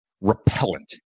repellent